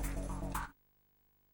ובסופו של יום הוא מקבל טייזר פעמיים,